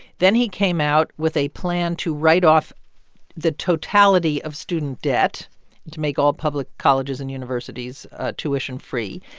then he came out with a plan to write off the totality of student debt to make all public colleges and universities tuition-free.